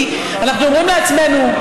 כי אנחנו אומרים לעצמנו: